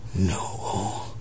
No